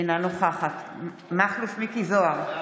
אינה נוכחת מכלוף מיקי זוהר,